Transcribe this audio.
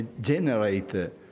generate